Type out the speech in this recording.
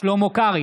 שלמה קרעי,